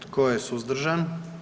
Tko je suzdržan?